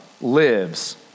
lives